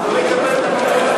הוא לא יקבל מעונות סטודנטים?